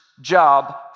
job